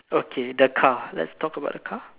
okay the car let's talk about the car